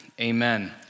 amen